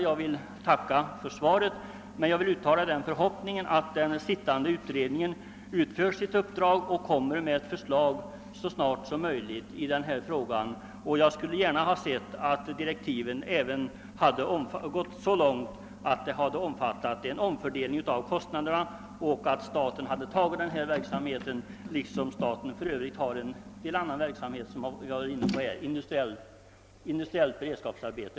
Jag tackar för svaret, men jag vill uttala den förhoppningen att den sittande utredningen utför sitt uppdrag och lägger fram ett förslag i denna fråga så snart som möjligt. Dessutom skulle jag gärna ha sett att direktiven hade gått så långt att de även hade omfattat en omfördelning av kostnaderna liksom att staten hade tagit hand om denna verksamhet på samma sätt som den står för en del annan verksamhet, t.ex. industriellt beredskapsarbete.